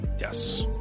Yes